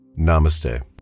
Namaste